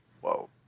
whoa